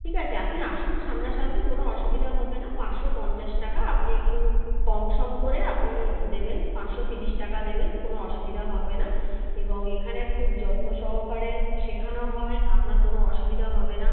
ঠিক আছে আপনি আসুন সামনাসামনি কোনো অসুবিধা হবে না পাঁচশো পঞ্চাশ টাকা আপনি একটু কমসম করে আপনি দেবেন পাঁচশো ত্রিশ টাকা দেবেন কোনো অসুবিধা হবে না এবং এখানে খুব যত্ন সহকারে শেখানো হয় আপনার কোনো অসুবিধা হবে না